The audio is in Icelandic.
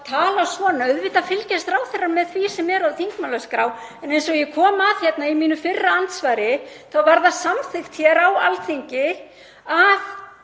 tala svona, auðvitað fylgjast ráðherrar með því sem er á þingmálaskrá. Eins og ég kom að í mínu fyrra andsvari þá var samþykkt hér á Alþingi að